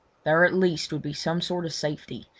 there at least would be some sort of safety,